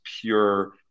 pure